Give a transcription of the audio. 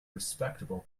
respectable